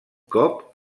cop